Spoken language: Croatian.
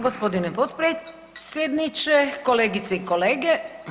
G. potpredsjedniče, kolegice i kolege.